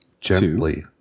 Gently